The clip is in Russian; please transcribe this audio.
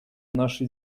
нашей